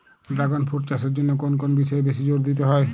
Dragon fruit চাষের জন্য কোন কোন বিষয়ে বেশি জোর দিতে হয়?